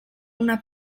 una